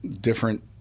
different